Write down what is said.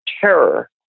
terror